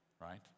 right